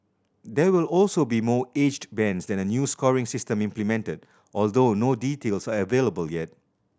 there will also be more aged bands and a new scoring system implemented although no details are available yet